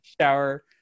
shower